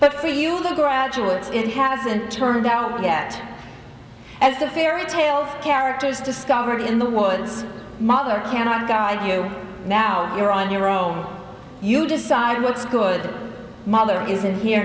but for you graduates it hasn't turned out yet as the fairy tale characters discovered in the woods mother cannot guide you now you're on your own you decide what's good the mother isn't here